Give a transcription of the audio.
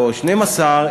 או 12,